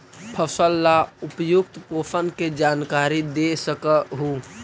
फसल ला उपयुक्त पोषण के जानकारी दे सक हु?